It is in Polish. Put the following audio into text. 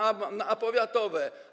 A powiatowe?